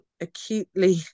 acutely